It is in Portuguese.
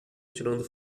tirando